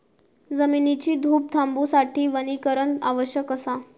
जमिनीची धूप थांबवूसाठी वनीकरण आवश्यक असा